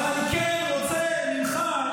אבל אני כן רוצה ממך,